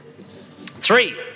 Three